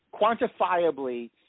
quantifiably